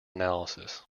analysis